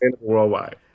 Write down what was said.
Worldwide